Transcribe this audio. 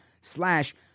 slash